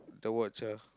the watch ah